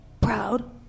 proud